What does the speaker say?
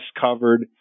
covered